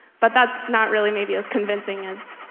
but that's not really maybe as convincing as,